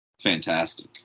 fantastic